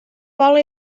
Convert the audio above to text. vola